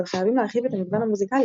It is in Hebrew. אבל חייבים להרחיב את המגוון המוזיקלי